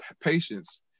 patience